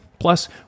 Plus